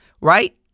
right